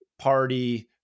party